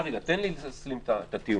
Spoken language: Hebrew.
רגע, תן לי להשלים את הטיעון.